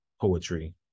poetry